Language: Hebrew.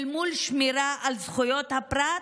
אל מול שמירה על זכויות הפרט,